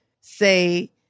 say